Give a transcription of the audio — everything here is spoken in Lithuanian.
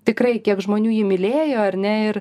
tikrai kiek žmonių jį mylėjo ar ne ir